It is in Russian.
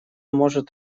может